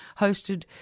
hosted